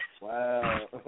Wow